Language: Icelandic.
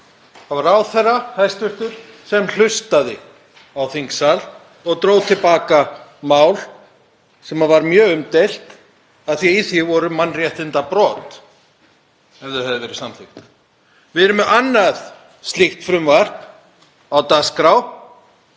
Það var hæstv. ráðherra sem hlustaði á þingsal og dró til baka mál sem var mjög umdeilt af því að í því hefðu verið mannréttindabrot ef það hefði verið samþykkt. Við erum með annað slíkt frumvarp á dagskrá,